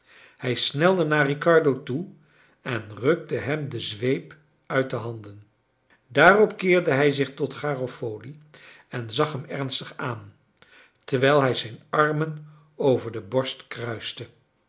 hij snelde naar riccardo toe en rukte hem de zweep uit de handen daarop keerde hij zich tot garofoli en zag hem ernstig aan terwijl hij zijn armen over de borst kruiste